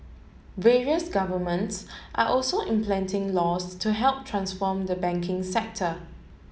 various governments are also implementing laws to help transform the banking sector